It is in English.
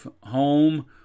home